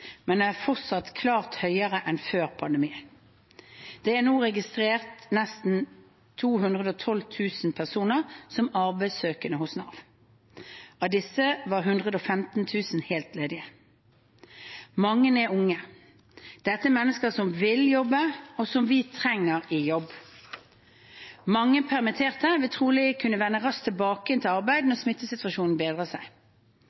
men er fortsatt klart høyere enn før pandemien. Det er nå registrert nesten 212 000 personer som arbeidssøkere hos Nav. Av disse var 115 000 helt ledige. Mange er unge. Dette er mennesker som vil jobbe, og som vi trenger i jobb. Mange permitterte vil trolig kunne vende raskt tilbake til arbeid når smittesituasjonen bedrer seg.